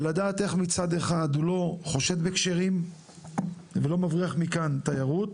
ולדעת איך מצד אחד הוא לא חושד בכשרים ולא מבריח מכאן תיירות,